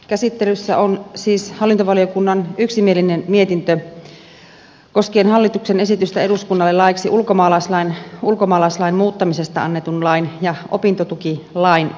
käsittelyssä on siis hallintovaliokunnan yksimielinen mietintö koskien hallituksen esitystä eduskunnalle laeiksi ulkomaalaislain ulkomaalaislain muuttamisesta annetun lain ja opintotukilain muuttamisesta